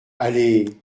aller